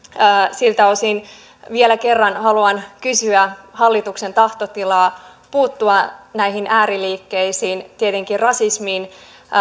siltä osin vielä kerran haluan kysyä hallituksen tahtotilaa puuttua näihin ääriliikkeisiin tietenkin rasismiin